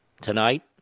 Tonight